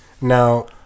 Now